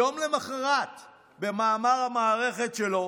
יום למוחרת במאמר המערכת שלו